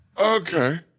Okay